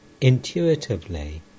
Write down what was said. intuitively